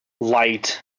light